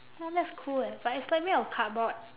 oh that's cool eh but it's like made of cardboard